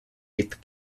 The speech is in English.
eighth